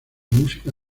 música